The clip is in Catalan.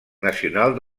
nacional